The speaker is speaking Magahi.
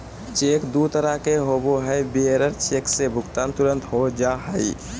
चेक दू तरह के होबो हइ, बियरर चेक से भुगतान तुरंत हो जा हइ